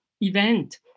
event